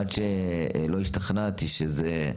עד שלא השתכנעתי שזה,